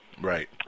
Right